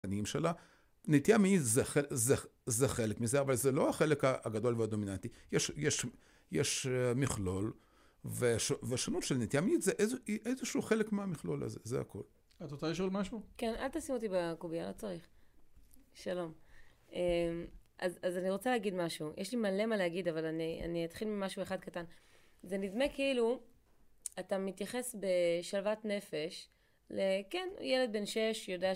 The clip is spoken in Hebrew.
נטייה מינית זה חלק מזה, אבל זה לא החלק הגדול והדומיננטי, יש מכלול והשונות של נטייה מינית זה איזשהו חלק מהמכלול הזה, זה הכל. את רוצה לשאול משהו? כן, אל תשים אותי בקוביה, לא צריך, שלום, אז אני רוצה להגיד משהו, יש לי מלא מה להגיד, אבל אני אני אתחיל ממשהו אחד קטן, זה נדמה כאילו, אתה מתייחס בשלוות נפש, ל כן ילד בן שש, יודע ש